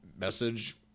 message